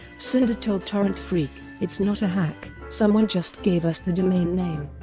sunde told torrentfreak, it's not a hack, someone just gave us the domain name.